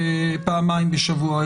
פעמיים בשבוע,